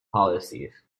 policies